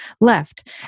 left